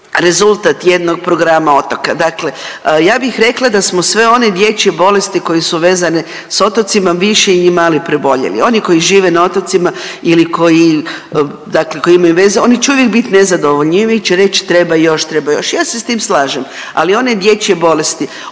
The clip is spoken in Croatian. rezultat jednog programa otoka. Dakle, ja bih rekla da smo sve one dječje bolesti koje su vezane s otocima više ili manje preboljeli. Oni koji žive na otocima ili dakle koji imaju veze oni će uvijek biti nezadovoljni i uvijek će reći treba još, treba još. Ja se s tim slažem, ali one dječje bolesti